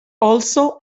also